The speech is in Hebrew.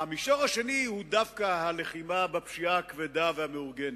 המישור השני הוא דווקא הלחימה בפשיעה הכבדה והמאורגנת.